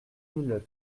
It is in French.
mille